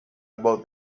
about